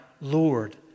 Lord